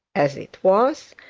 as it was,